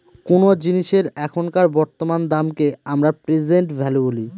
কোনো জিনিসের এখনকার বর্তমান দামকে আমরা প্রেসেন্ট ভ্যালু বলি